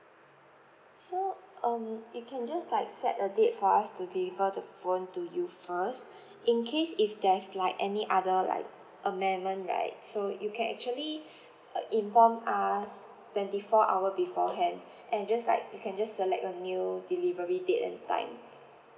so um you can just like set a date for us to deliver the phone to you first in case if there's like any other like amendment right so you can actually uh inform us twenty four hour beforehand and just like you can just select a new delivery date and time